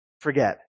forget